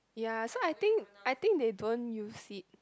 ya so I think I think they don't use it